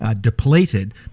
depleted